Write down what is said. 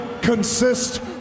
consist